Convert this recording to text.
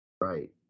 right